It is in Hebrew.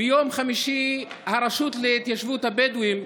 ביום חמישי הרשות להתיישבות הבדואים,